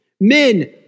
Men